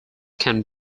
can